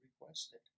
requested